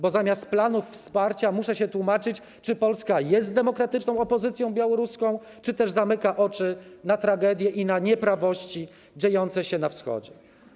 Bo zamiast planów wsparcia muszę się tłumaczyć, czy Polska jest z demokratyczną opozycją białoruską, czy też zamyka oczy na tragedie i na nieprawości dziejące się na Wschodzie.